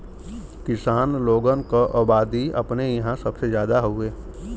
किसान लोगन क अबादी अपने इंहा सबसे जादा हउवे